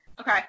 Okay